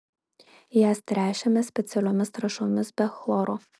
jas tręšiame specialiomis trąšomis be chloro